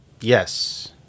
yes